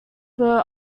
were